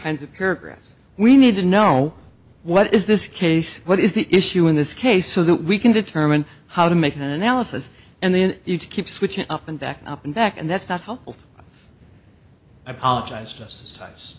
kinds of paragraphs we need to know what is this case what is the issue in this case so that we can determine how to make an analysis and then each keep switching up and back up and back and that's not helpful i apologize jus